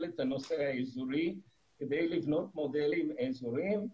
את הנושא האזורי כדי לבנות מודלים אזוריים.